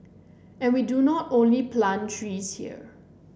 and we do not only plant trees here